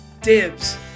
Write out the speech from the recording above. dibs